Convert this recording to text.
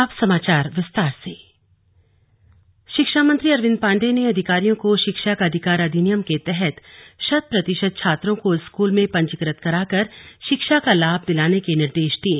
अरविंद पांडेय शिक्षा मंत्री अरविन्द पाण्डेय ने अधिकारियों को शिक्षा का अधिकार अधिनियम के तहत शत प्रतिशत छात्रों को स्कूल में पंजीकृत कराकर शिक्षा का लाभ दिलाने के निर्देश दिये